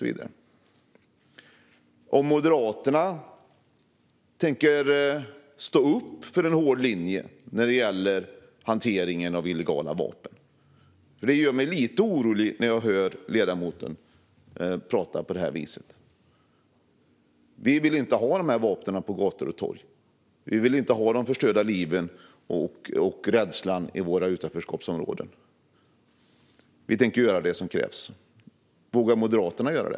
Tänker Moderaterna stå upp för en hård linje när det gäller hanteringen av illegala vapen? Det gör mig lite orolig när jag hör ledamoten prata på det här viset. Vi vill inte ha dessa vapen på gator och torg. Vi vill inte ha de förstörda liven och rädslan i våra utanförskapsområden. Vi tänker göra det som krävs. Vågar Moderaterna göra det?